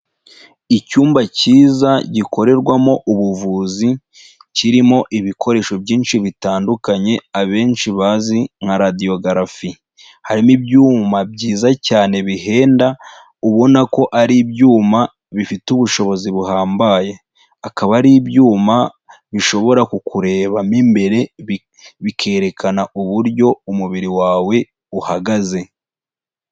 Icyumba cyiza gikorerwamo ubuvuzi, kirimo ibikoresho byinshi bitandukanye abenshi bazi nka Radiography, harimo ibyuma byiza cyane bihenda, ubona ko ari ibyuma bifite ubushobozi buhambaye, akaba ari ibyuma bishobora kukureba mo imbere, bikerekana uburyo umubiri wawe uhagaze.